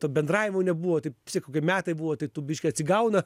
to bendravimo nebuvo taip vis tiek kokie metai buvo tai tu biškį atsigauna